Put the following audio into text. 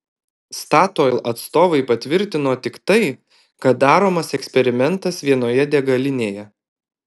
statoil atstovai patvirtino tik tai kad daromas eksperimentas vienoje degalinėje